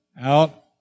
out